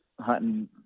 hunting